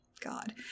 God